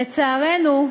לצערנו,